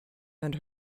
and